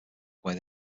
weigh